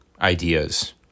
ideas